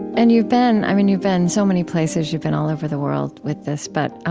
and you've been i mean, you've been so many places. you've been all over the world with this, but